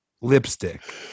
lipstick